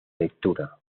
lectura